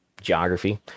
Geography